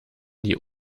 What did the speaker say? die